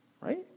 Right